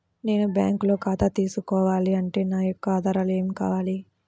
నేను బ్యాంకులో ఖాతా తీసుకోవాలి అంటే నా యొక్క ఆధారాలు ఏమి కావాలి?